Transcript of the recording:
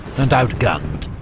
and outgunned.